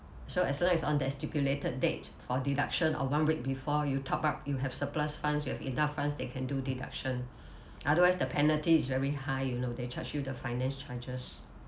so as long as it's on that stipulated date for deduction or one week before you top up you have surplus funds you have enough funds that can do deduction otherwise the penalty is very high you know they charge you the finance charges